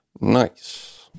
Nice